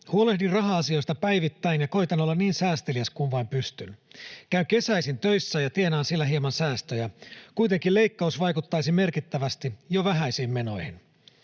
Huolehdin raha-asioista päivittäin, ja koetan olla niin säästeliäs kuin vain pystyn. Käyn kesäisin töissä ja tienaan siellä hieman säästöjä. Kuitenkin leikkaus vaikuttaisi merkittävästi jo vähäisiin menoihin.